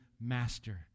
master